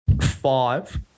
five